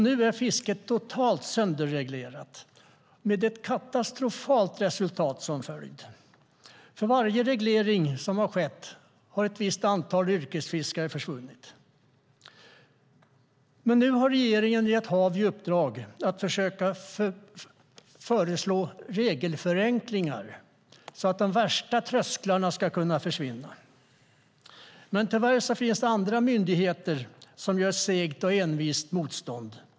Nu är fisket totalt sönderreglerat med ett katastrofalt resultat som följd. För varje reglering som skett har ett visst antal yrkesfiskare försvunnit. Regeringen har gett Havs och vattenmyndigheten i uppdrag att försöka föreslå regelförenklingar så att de värsta trösklarna ska kunna försvinna. Tyvärr finns andra myndigheter som gör segt och envist motstånd.